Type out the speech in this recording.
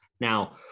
now